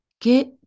Get